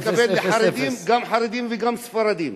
אתה מתכוון לחרדים, גם חרדים וגם ספרדים.